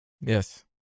yes